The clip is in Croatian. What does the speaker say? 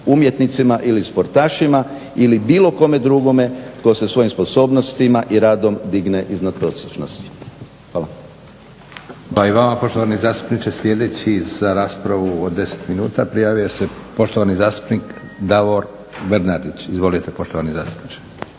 umjetnicima ili sportašima ili bilo kome drugome tko se svojim sposobnostima i radom digne iznad prosječnosti. Hvala.